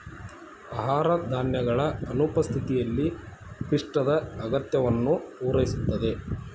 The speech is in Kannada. ಆಹಾರ ಧಾನ್ಯಗಳ ಅನುಪಸ್ಥಿತಿಯಲ್ಲಿ ಪಿಷ್ಟದ ಅಗತ್ಯವನ್ನು ಪೂರೈಸುತ್ತದೆ